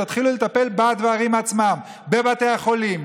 תתחילו לטפל בדברים עצמם: בבתי החולים,